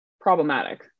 problematic